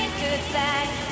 goodbye